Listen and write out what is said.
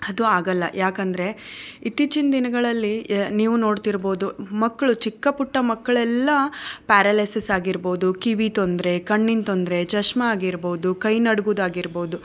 ಅದು ಆಗಲ್ಲ ಯಾಕಂದರೆ ಇತ್ತೀಚಿನ ದಿನಗಳಲ್ಲಿ ನೀವು ನೋಡ್ತಿರ್ಬೋದು ಮಕ್ಕಳು ಚಿಕ್ಕ ಪುಟ್ಟ ಮಕ್ಕಳೆಲ್ಲ ಪ್ಯಾರಲೆಸಿಸ್ ಆಗಿರ್ಬೋದು ಕಿವಿ ತೊಂದರೆ ಕಣ್ಣಿನ ತೊಂದರೆ ಚಸ್ಮಾ ಆಗಿರ್ಬೋದು ಕೈ ನಡುಗೋದಾಗಿರ್ಬೋದು